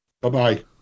Bye-bye